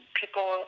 people